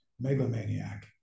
megalomaniac